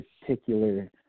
particular